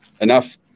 enough